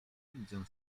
widzę